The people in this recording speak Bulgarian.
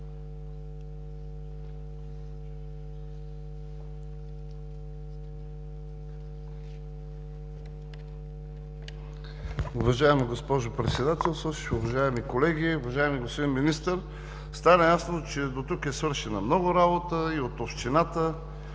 Уважаема госпожо Председателстващ, уважаеми колеги, уважаеми господин Министър! Стана ясно, че дотук е свършена много работа и от Общината,